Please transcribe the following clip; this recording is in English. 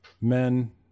men